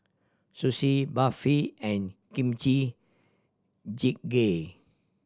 Sushi Barfi and Kimchi Jjigae